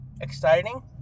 Exciting